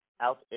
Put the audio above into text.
out